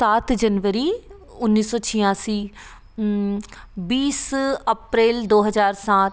सात जनवरी उन्नीस सौ छियासी बीस अप्रेल दो हजार सात